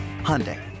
Hyundai